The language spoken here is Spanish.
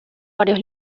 varios